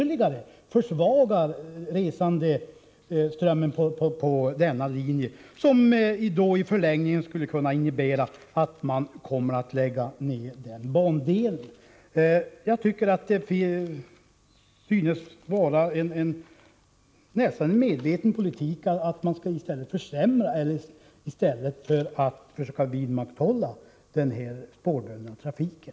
Man minskar således ytterligare resandeströmmen på denna linje. I en förlängning skulle det kunna innebära att den bandelen läggs ned. Det synes vara en nästan medveten politik att försämra i stället för att försöka vidmakthålla den spårbundna trafiken.